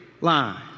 line